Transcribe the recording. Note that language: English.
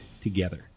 together